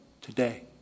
today